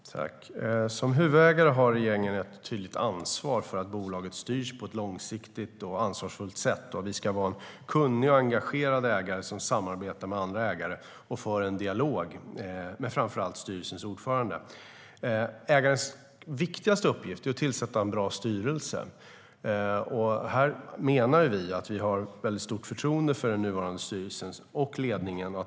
Herr talman! Som huvudägare har regeringen ett tydligt ansvar för att bolaget styrs på ett långsiktigt och ansvarsfullt sätt. Vi ska vara en kunnig och engagerad ägare som samarbetar med andra ägare och för en dialog med framför allt styrelsens ordförande. Ägarens viktigaste uppgift är att tillsätta en bra styrelse. Vi känner stort förtroende för den nuvarande styrelsen och ledningen.